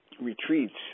retreats